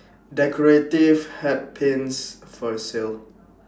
decorative hat pins for sale